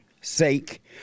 sake